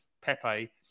Pepe